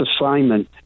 assignment